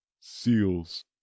seals